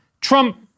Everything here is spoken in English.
trump